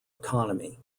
economy